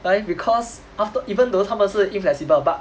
eh because after even though 他们是 inflexible but